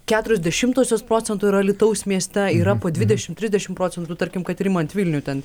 keturios dešimtosios procento yra alytaus mieste yra po dvidešimt trisdešimt procentų tarkim kad ir imant vilnių ten